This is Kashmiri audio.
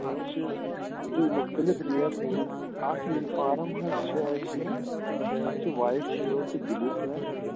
اَتھ چھِ بیٚیہِ مختلف ریٹ تہِ اَکھ یوٗنِفارَم حظ چھِ اَسہِ تَتھ چھِ وایِٹ شٲٹ تہٕ بُِلِیو پیٚنٛٹ